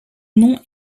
noms